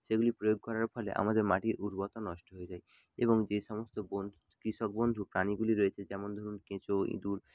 সেগুলি প্রয়োগ করার ফলে আমাদের মাটির উর্বরতা নষ্ট হয়ে যায় এবং যে সমস্ত বন্ধু কৃষক বন্ধু প্রাণীগুলি রয়েছে যেমন ধরুণ কেঁচো ইঁদুর